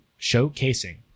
showcasing